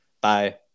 Bye